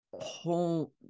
whole